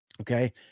Okay